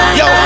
yo